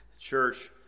church